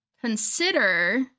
consider